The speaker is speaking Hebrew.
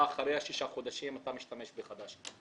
אחרי שישה חודשים אתה מחליף לחדש.